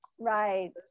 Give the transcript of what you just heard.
Right